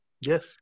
Yes